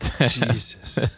Jesus